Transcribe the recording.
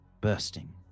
bursting